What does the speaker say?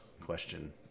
question